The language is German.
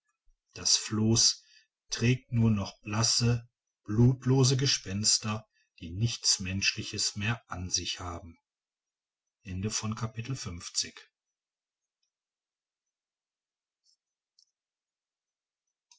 das floß trägt nur noch blasse blutlose gespenster die nichts menschliches mehr an sich haben